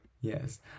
Yes